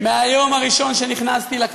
מהיום הראשון שאני בכנסת,